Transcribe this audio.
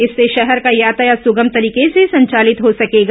इससे शहर का यातायात सुगम तरीके से संचालित हो सकेगा